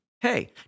Hey